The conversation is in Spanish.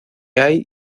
hay